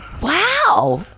Wow